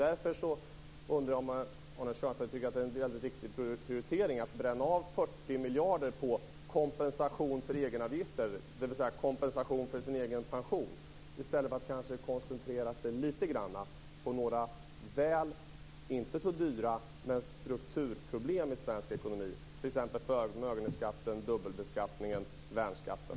Därför undrar jag om Arne Kjörnsberg tycker att det är en viktig prioritering att bränna av 40 miljarder på kompensation för egenavgifter, dvs. kompensation för den egna pensionen, i stället för att kanske koncentrera sig lite grann på några inte så dyra problem men väl strukturproblem i svensk ekonomi - t.ex. förmögenhetsskatten, dubbelbeskattningen och värnskatten.